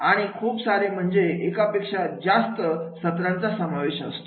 आणि खूप सारे म्हणजेच एकापेक्षा जास्त सत्रांचा समावेश असतो